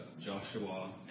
Joshua